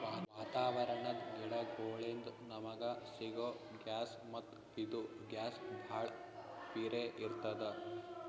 ವಾತಾವರಣದ್ ಗಿಡಗೋಳಿನ್ದ ನಮಗ ಸಿಗೊ ಗ್ಯಾಸ್ ಮತ್ತ್ ಇದು ಗ್ಯಾಸ್ ಭಾಳ್ ಪಿರೇ ಇರ್ತ್ತದ